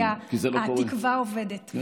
כי התקווה אובדת,